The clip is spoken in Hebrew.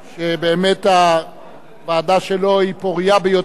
באמת הוועדה שלו היא פורייה ביותר.